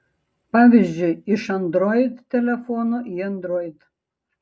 pavyzdžiui iš android telefono į android